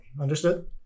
understood